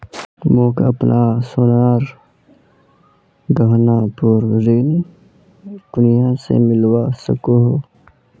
मोक अपना सोनार गहनार पोर ऋण कुनियाँ से मिलवा सको हो?